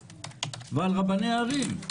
על סמכויותיה ועל רבני הערים.